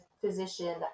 physician